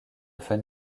fun